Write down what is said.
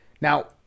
Now